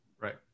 Right